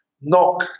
knock